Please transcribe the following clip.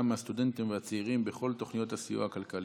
מהסטודנטים והצעירים בכל תוכניות הסיוע הכלכלי.